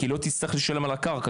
כי לא תצטרך לשלם על הקרקע,